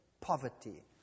poverty